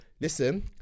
listen